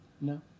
No